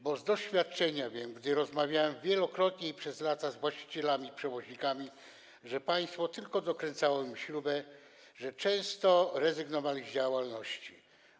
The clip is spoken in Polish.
Bo z doświadczenia wiem, rozmawiałem wielokrotnie, przez lata z właścicielami przewoźnikami, że państwo tylko dokręcało im śrubę i często rezygnowali z działalności.